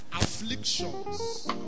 afflictions